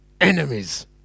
enemies